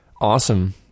Awesome